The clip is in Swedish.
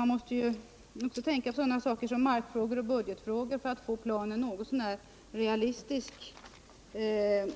Man måste ju tänka på sådant som mark och budgetfrågor för att få planen något så när realistisk